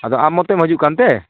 ᱟᱫᱚ ᱟᱢ ᱢᱚᱛᱚᱢ ᱦᱤᱡᱩᱜ ᱠᱟᱱᱛᱮ